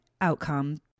outcome